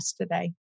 today